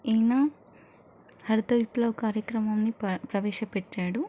ఈయన హరిత విప్లవ కార్యక్రమాన్ని ప్ర ప్రవేశపెట్టాడు